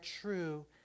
true